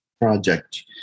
project